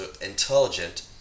intelligent